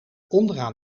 onderaan